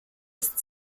ist